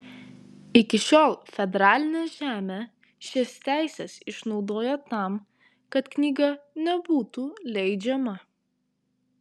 iki šiol federalinė žemė šias teises išnaudojo tam kad knyga nebūtų leidžiama